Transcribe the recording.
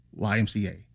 YMCA